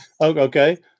Okay